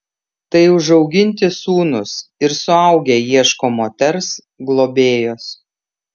tai užauginti sūnūs ir suaugę ieško moters globėjos